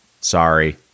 sorry